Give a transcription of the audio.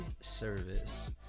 service